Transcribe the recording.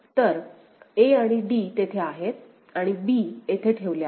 तर a आणि d तेथे आहेत आणि b येथे ठेवले आहे